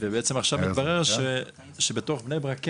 ובעצם עכשיו מתברר שבתוך בני ברק כן,